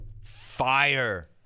fire